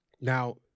Now